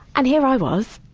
and here i was,